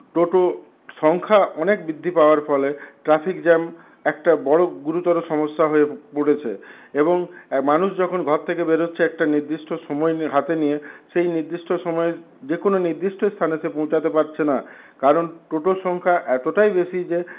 টোটো সংখ্যা অনেক বৃদ্ধি পাওয়ার ফলে ট্রাফিক জ্যাম একটা বড়ো গুরুতর সমস্যা হয়ে পড়েছে এবং মানুষ যখন ঘর থেকে বেরোচ্ছে একটা নির্দিষ্ট সময় নিয়ে হাতে নিয়ে সেই নির্দিষ্ট সময়ে যেকোনো নির্দিষ্ট স্থানে সে পৌঁছাতে পারছে না কারণ টোটোর সংখ্যা এতটাই বেশি যে